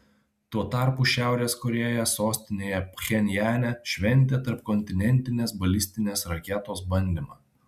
tuo tarpu šiaurės korėja sostinėje pchenjane šventė tarpkontinentinės balistinės raketos bandymą